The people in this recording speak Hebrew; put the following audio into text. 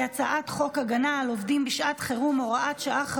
על עובדים בשעת חירום (הוראת שעה,